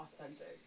authentic